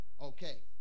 Okay